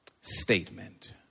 statement